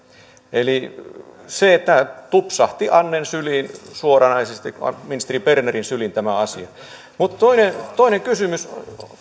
eli tupsahti suoranaisesti ministeri anne bernerin syliin tämä asia mutta toinen toinen kysymys